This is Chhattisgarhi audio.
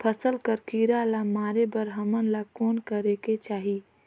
फसल कर कीरा ला मारे बर हमन ला कौन करेके चाही?